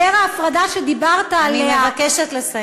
אני מבקשת לסיים.